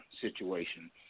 situation